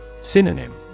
Synonym